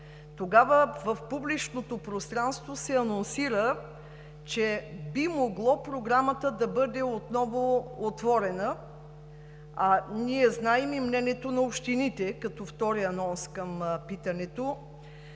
тогава в публичното пространството се анонсира, че би могло Програмата да бъде отново отворена, а ние знаем и мнението на общините, като втори анонс към питането.